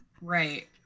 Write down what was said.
right